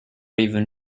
even